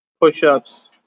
push-ups